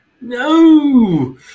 no